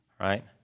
right